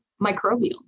microbial